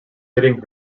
hitting